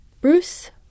Bruce